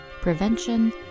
prevention